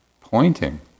pointing